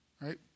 right